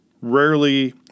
rarely